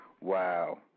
Wow